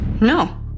No